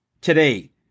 today